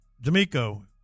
D'Amico